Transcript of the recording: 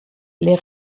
les